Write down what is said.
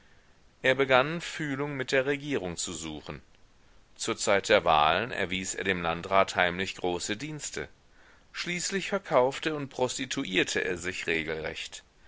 er begann fühlung mit der regierung zu suchen zur zeit der wahlen erwies er dem landrat heimlich große dienste schließlich verkaufte und prostituierte er sich regelrecht